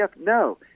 No